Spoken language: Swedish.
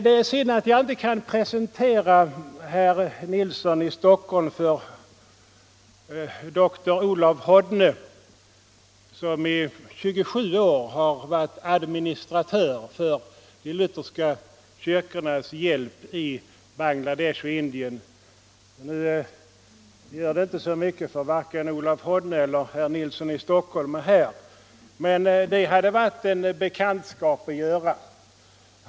Det är synd att jag inte kan presentera herr Nilsson för dr Olav Hodne, som i 27 år har varit missionär i Indien och som nu verkar som administratör för de lutherska kyrkornas bistånd i Västbengalen och tidigare har verkat i Bangladesh. Nu gör det inte så mycket — varken Olav Hodne eller herr Nilsson i Stockholm är här. Men det hade varit en bekantskap att göra.